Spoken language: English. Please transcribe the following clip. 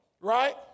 right